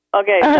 okay